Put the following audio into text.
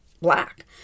black